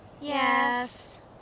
Yes